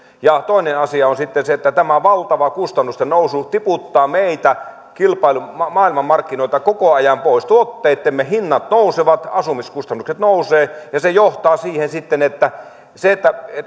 toinen asia on sitten se että tämä valtava kustannustennousu tiputtaa meitä kilpailluilta maailmanmarkkinoilta koko ajan pois tuotteittemme hinnat nousevat asumiskustannukset nousevat ja se johtaa siihen sitten että nyt